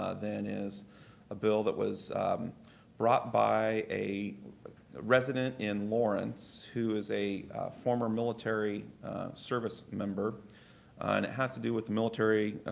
ah then, is a bill that was brought by a resident in lawrence who is a former military service member and it has to do with military